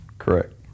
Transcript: correct